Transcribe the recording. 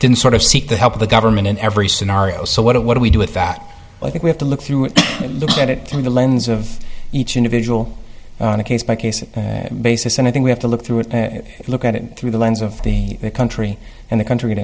didn't sort of seek the help of the government in every scenario so what do we do with that i think we have to look through it look at it through the lens of each individual on a case by case basis and i think we have to look through it look at it through the lens of the country and the country